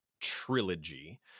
trilogy